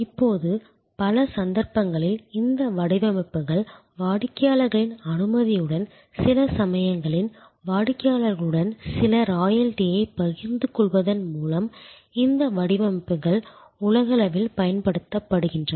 இப்போது பல சந்தர்ப்பங்களில் இந்த வடிவமைப்புகள் வாடிக்கையாளர்களின் அனுமதியுடன் சில சமயங்களில் வாடிக்கையாளருடன் சில ராயல்டியைப் பகிர்ந்துகொள்வதன் மூலம் இந்த வடிவமைப்புகள் உலகளவில் பயன்படுத்தப்படுகின்றன